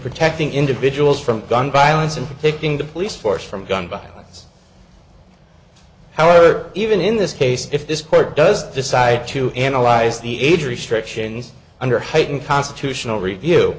protecting individuals from gun violence and taking the police force from gun violence however even in this case if this court does decide to analyze the age restrictions under heightened constitutional review